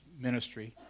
ministry